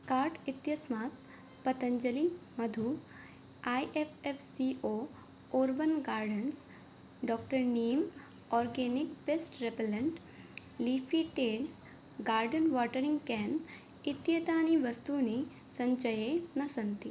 cart इत्यस्मात् पतञ्जली मधु ऐ एप् एफ् सि ओ ओर्वन् gardens doctor neem organic paste repellent leafy tales garden watering can इत्येतानि वस्तूनि सञ्चये न सन्ति